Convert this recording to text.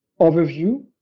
overview